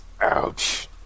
Ouch